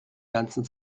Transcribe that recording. ganzen